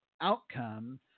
outcome